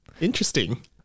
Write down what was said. interesting